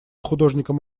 художником